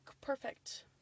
Perfect